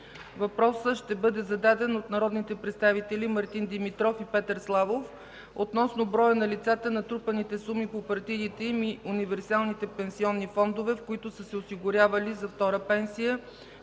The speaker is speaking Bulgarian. Въпросът е зададен от народните представители Мартин Димитров и Петър Славов относно броя на лицата, натрупаните суми по партидите им и универсалните пенсионни фондове, в които са се осигурявали за втора пенсия,